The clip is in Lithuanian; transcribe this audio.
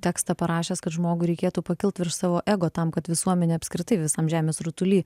tekstą parašęs kad žmogui reikėtų pakilt virš savo ego tam kad visuomenė apskritai visam žemės rutuly